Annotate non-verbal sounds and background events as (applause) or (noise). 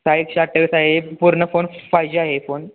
(unintelligible) आहे हे पूर्ण फोन फाय जी आहे फोन